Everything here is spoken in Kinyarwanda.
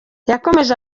yakomeje